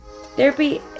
Therapy